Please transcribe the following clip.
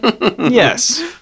Yes